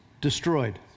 destroyed